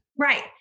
Right